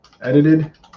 edited